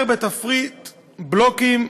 בתפריט: בלוקים,